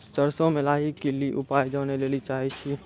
सरसों मे लाही के ली उपाय जाने लैली चाहे छी?